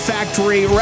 Factory